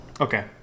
Okay